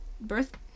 birth